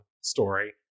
story